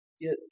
Get